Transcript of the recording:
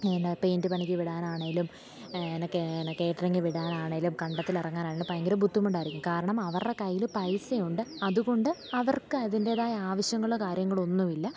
പിന്നെ പെയിൻറ്റ് പണിക്ക് വിടാനാണെങ്കിലും കാറ്ററിംഗ് വിടാനാണെങ്കിലും കണ്ടത്തിലിറങ്ങാനാണെങ്കിലും ഭയങ്കര ബുദ്ധിമുട്ടായിരിക്കും കാരണം അവരുടെ കയ്യിൽ പൈസ ഉണ്ട് അതു കൊണ്ട് അവർക്കതിൻ്റേതായ ആവശ്യങ്ങൾ കാര്യങ്ങൾ ഒന്നുമില്ല